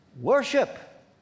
worship